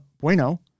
Bueno